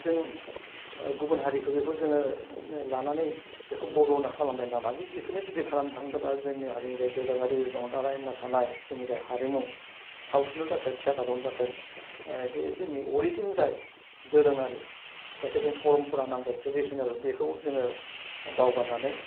जों गुबुन हारिखौ बेखौ जोङो लानानै बेखौ बर' होन्ना खालामबाय नामा जि बेखौनो जुदि खालामनो थांदोंबा जोंनि हारि जाय दोरोङारि रंजानाय मोसानाय जोंनि जाय हारिमु सावथुनाव जाथों थियेटारावनो जाथों बे जोंनि अरिजिन जाय दोरोङारि जायखौ जों फरम फरा नामदो ट्रेदिसनेल बेखौ जोङो बावगारनानै